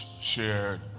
shared